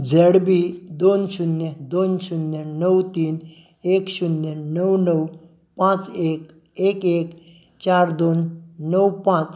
Z B दोन शुन्य दोन शुन्य णव तीन एक शुन्य णव णव पांच एक एक एक चार दोन णव पांच